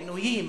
הכינויים,